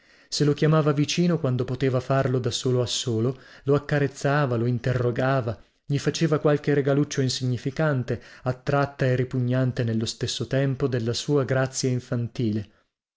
se lo chiamava vicino quando poteva farlo da solo a solo lo accarezzava lo interrogava gli faceva qualche regaluccio insignificante attratta e ripugnante nello stesso tempo della sua grazia infantile